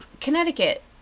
Connecticut